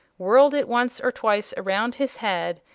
whirled it once or twice around his head,